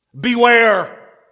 Beware